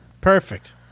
Perfect